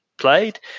Played